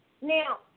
Now